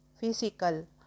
physical